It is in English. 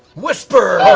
whisper